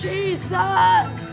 Jesus